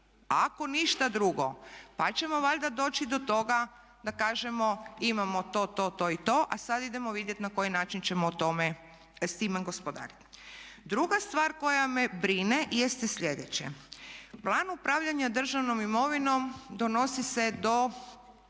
ako ništa drugo pa ćemo valjda doći do toga da kažemo imamo to, to i to a sada idemo vidjeti na koji način ćemo o tome, s time gospodariti. Druga stvar koja me brine jeste sljedeće, plan upravljanja državnom imovinom donosi se do